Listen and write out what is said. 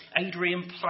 Adrian